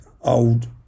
old